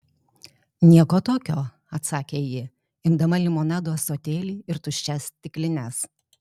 nieko tokio atsakė ji imdama limonado ąsotėlį ir tuščias stiklines